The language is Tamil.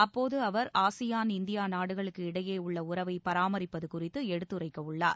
அப்போது அவர் ஆசியாள் இந்தியா நாடுகளுக்கு இடையே உள்ள உறவை பராமரிப்பது குறித்து எடுத்துரைக்கவுள்ளார்